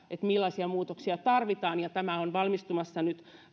millaisia muutoksia tarvitaan tästä on valmistumassa nyt